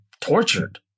tortured